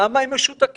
למה הם משותקים?